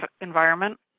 environment